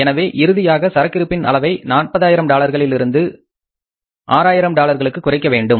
எனவே இறுதியாக சரக்கு இருப்பின் அளவை 40000 டாலர்களில் இருந்து 6000 ஆயிரம் டாலர்களுக்கு குறைக்கவேண்டும்